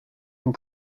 from